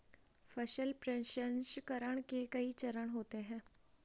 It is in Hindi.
फसल प्रसंसकरण के कई चरण होते हैं